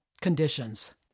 conditions